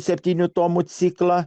septynių tomų ciklą